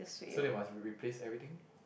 so they must replace everything